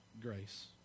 grace